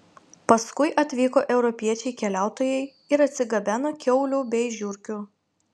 paskui atvyko europiečiai keliautojai ir atsigabeno kiaulių bei žiurkių